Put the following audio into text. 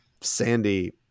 Sandy